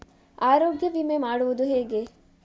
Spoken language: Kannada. ಆರೋಗ್ಯ ವಿಮೆ ಮಾಡುವುದು ಹೇಗೆ?